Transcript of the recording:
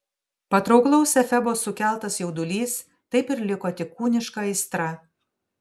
patrauklaus efebo sukeltas jaudulys taip ir liko tik kūniška aistra